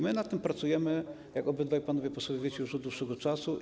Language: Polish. My nad tym pracujemy, jak obydwaj panowie posłowie wiecie, już od dłuższego czasu.